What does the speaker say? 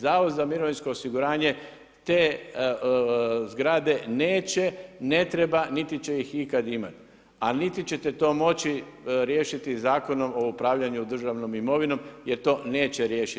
Zavod za mirovinsko osiguranje te zgrade neće, ne treba, niti će ih ikad imati, a niti ćete to moći riješiti Zakonom o upravljanju državnom imovinom jer to neće riješiti.